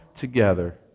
together